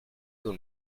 tout